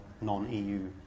non-EU